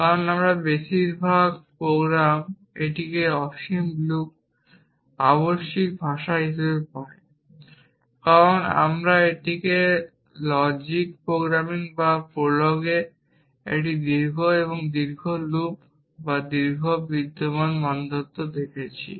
অবশ্যই আমাদের বেশিরভাগ প্রোগ্রাম এটিকে অসীম লুপ আবশ্যিক ভাষা হিসাবে পায় কারণ আমরা এটিকে লজিক প্রোগ্রামিং বা প্রোলগে একটি দীর্ঘ একটি দীর্ঘ লুপ বা দীর্ঘ বিদ্যমান মানদণ্ড লিখেছি